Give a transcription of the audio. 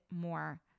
more